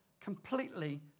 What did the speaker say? completely